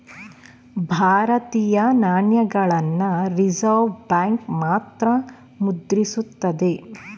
ಭಾರತೀಯ ನಾಣ್ಯಗಳನ್ನ reserve bank ಮಾತ್ರ ಮುದ್ರಿಸುತ್ತದೆ